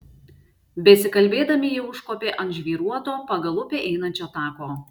besikalbėdami jie užkopė ant žvyruoto pagal upę einančio tako